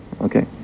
Okay